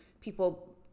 people